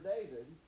David